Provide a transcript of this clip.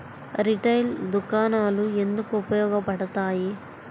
Retail దుకాణాలు ఎందుకు ఉపయోగ పడతాయి?